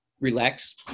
relax